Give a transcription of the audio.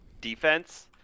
defense